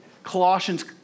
Colossians